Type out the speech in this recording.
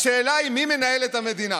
השאלה היא מי מנהל את המדינה,